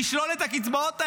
לשלול את הקצבאות האלה.